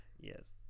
Yes